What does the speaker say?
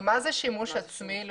מה זה שימוש עצמי?